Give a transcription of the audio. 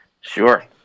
Sure